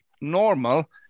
normal